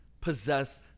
possess